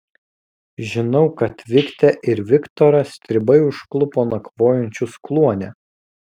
žinau kad viktę ir viktorą stribai užklupo nakvojančius kluone